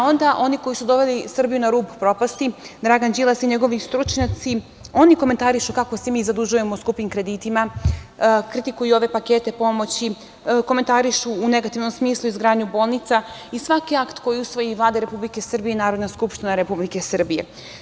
Onda, oni koji su Srbiju doveli na rub propasti, Dragan Đilas i njegovi stručnjaci, oni komentarišu kako se mi zadužujemo skupim kreditima, kritikuju ove pakete pomoći, komentarišu u negativnom smislu izgradnju bolnica i svaki akt koji usvoji Vlada Republike Srbije i Narodna skupština Republike Srbije.